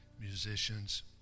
musicians